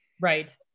Right